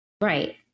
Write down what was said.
Right